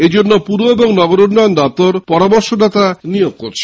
এইজন্যে পুর ও নগরোন্নয়ন দপ্তর পরামর্শদাতা নিয়োগ করছে